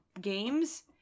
games